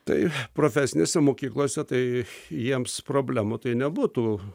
tai profesinėse mokyklose tai jiems problemų tai nebūtų